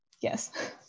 Yes